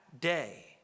day